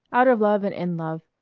out of love and in love,